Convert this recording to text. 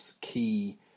key